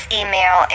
email